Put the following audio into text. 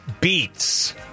beats